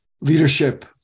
leadership